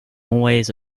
always